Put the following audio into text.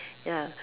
ya